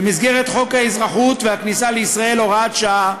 במסגרת חוק האזרחות והכניסה לישראל (הוראת שעה),